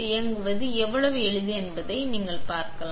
இயங்குவது எவ்வளவு எளிது என்பதை நீங்களே பார்க்கவும்